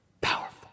powerful